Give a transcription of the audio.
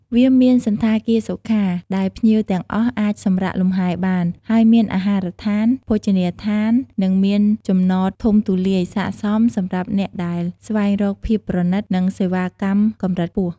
វាមានសណ្ឋាគារសុខា ដែលភ្ញៀវទាំងអស់អាចសម្រាកលំហែរបាន ហើយមានអាហារដ្ឋាន ភោជនីយដ្ឋាននិងមានចំណតធំទូលាយស័ក្តិសមសម្រាប់អ្នកដែលស្វែងរកភាពប្រណីត និងសេវាកម្មកម្រិតខ្ពស់។